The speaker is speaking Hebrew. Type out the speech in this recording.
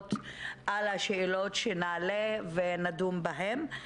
בתשובות על השאלות שנעלה ונדון בהן.